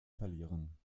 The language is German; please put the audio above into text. verlieren